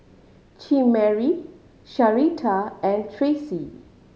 Chimere Sharita and Tracee